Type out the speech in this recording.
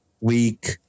week